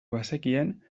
bazekien